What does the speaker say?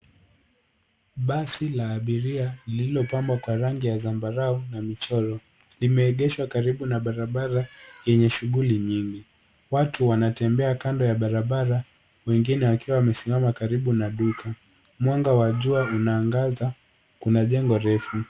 Basi la abiria, lililopambwa kwa rangi ya zambarau na michoro, limeegeshwa karibu na barabara yenye shughuli nyingi. Watu wanatembea kando ya barabara, wengine wakiwa wamesimama karibu na duka. Mwanga wa jua unaangaza. Kuna jengo refu.